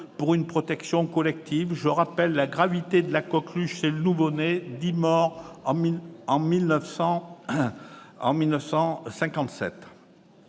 pour une protection collective. Je rappelle la gravité de la coqueluche chez le nouveau-né : dix morts ont